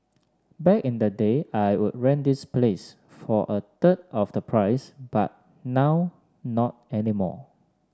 back in the day I would rent this place for a third of the price but now not any more